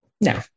no